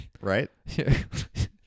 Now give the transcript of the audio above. right